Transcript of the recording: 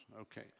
Okay